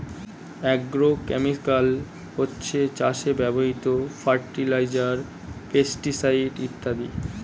agrochemical হচ্ছে চাষে ব্যবহৃত ফার্টিলাইজার, পেস্টিসাইড ইত্যাদি